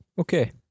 Okay